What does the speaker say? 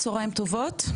צוהריים טובים.